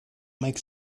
make